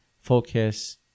focus